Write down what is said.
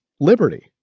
liberty